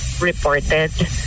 reported